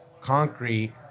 concrete